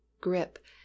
grip